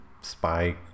spy